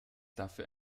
dafür